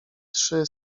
trzy